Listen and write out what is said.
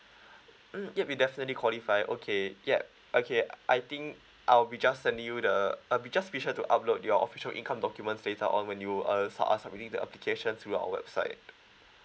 mm yup you definitely qualify okay yup okay I think I'll be just sending you the uh be just be sure to upload your official income documents later on when you err share us during the application through our website